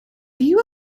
you